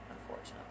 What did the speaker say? unfortunately